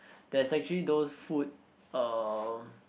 there's actually those food uh